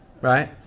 right